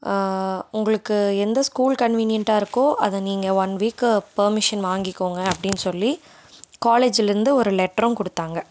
உங்களுக்கு எந்த ஸ்கூல் கன்வீனியன்ட்டா இருக்கோ அதை நீங்கள் ஒன் வீக்கு பெர்மிஷன் வாங்கிக்கோங்கள் அப்படின்னு சொல்லி காலேஜுலிருந்து ஒரு லெட்டரும் கொடுத்தாங்க